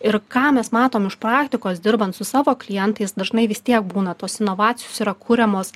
ir ką mes matom iš praktikos dirbant su savo klientais dažnai vis tiek būna tos inovacijos yra kuriamos